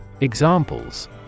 Examples